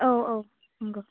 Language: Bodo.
औ औ नंगौ